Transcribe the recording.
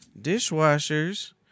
dishwashers